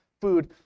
food